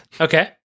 Okay